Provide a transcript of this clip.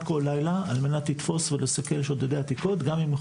כל לילה על מנת לתפוס ולסכל שודדי עתיקות גם אם הם